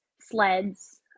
sleds